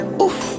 Oof